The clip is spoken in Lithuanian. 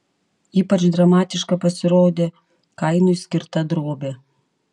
ypač dramatiška pasirodė kainui skirta drobė